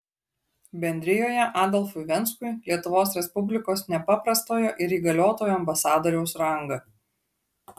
bendrijoje adolfui venskui lietuvos respublikos nepaprastojo ir įgaliotojo ambasadoriaus rangą